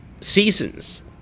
seasons